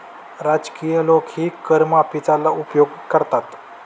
राजकीय लोकही कर माफीचा उपयोग करतात